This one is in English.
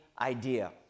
idea